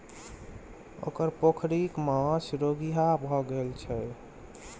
ओकर पोखरिक माछ रोगिहा भए गेल छै